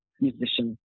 musician